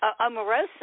Omarosa